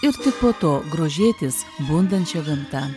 ir tik po to grožėtis bundančia gamta